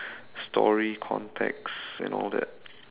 story context and all that